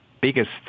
biggest